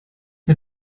mir